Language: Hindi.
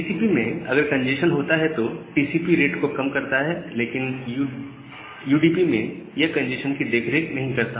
टीसीपी में अगर कंजेशन होता है तो टीसीपी रेट को कम करता है लेकिन यूडीपी में यह कंजेशन की देखरेख नहीं करता